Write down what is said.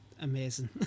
amazing